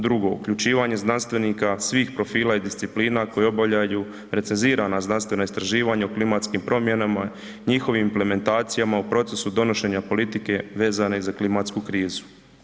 Drugo, uključivanje znanstvenika svih profila i disciplina koji obavljaju recezirana znanstvena istraživanja o klimatskim promjenama i njihovim implementacijama u procesu donošenja politike vezane za klimatsku krizu.